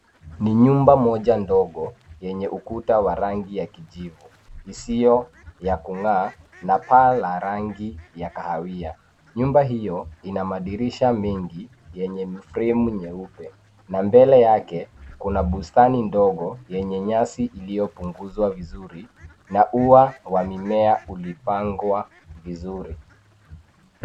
Ni nyumba moja ndogo yenye ukuta ya rangi ya kijivu isiyo ya kung'aa na paa la rangi ya kahawia. Nyumba hiyo ina madirisha mengi yenye fremu nyeupe na mbele yake kuna bustani ndogo yenye nyasi iliyopunguzwa vizuri na ua wa mimea ulipangwa vizuri.